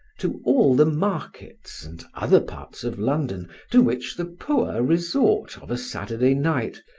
to all the markets and other parts of london to which the poor resort of a saturday night,